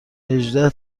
هجده